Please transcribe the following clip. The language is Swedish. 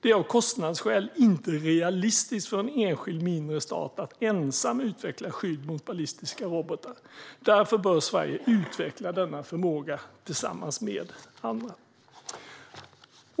Det är av kostnadsskäl inte realistiskt för en enskild mindre stat att ensam utveckla skydd mot ballistiska robotar. Därför bör Sverige utveckla denna förmåga tillsammans med andra. Fru talman!